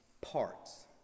parts